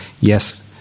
yes